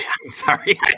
Sorry